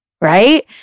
right